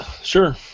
Sure